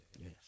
Yes